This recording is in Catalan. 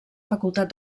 facultat